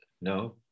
no